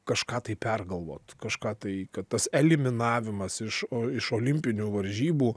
kažką tai pergalvot kažką tai kad tas eliminavimas iš o iš olimpinių varžybų